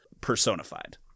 personified